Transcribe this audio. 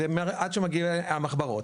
עד שמגיע המחברות,